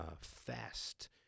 fast